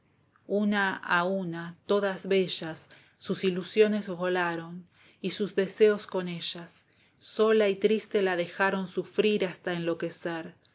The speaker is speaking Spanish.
una a una todas bellas sus ilusiones volaron y sus deseos con ellas sola y triste la dejaron esteban echevbebía sufrir hasta enloquecer quedaba a su